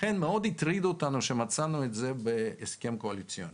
לכן הטריד אותנו מאוד שמצאנו את זה בהסכם הקואליציוני.